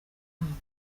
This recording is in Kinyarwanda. impano